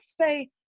say